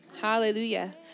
Hallelujah